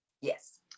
Yes